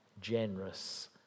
generous